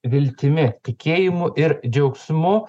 viltimi tikėjimu ir džiaugsmu